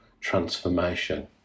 transformation